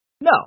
No